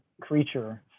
creature